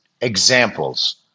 examples